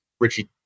Richie